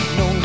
no